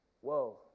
whoa